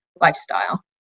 lifestyle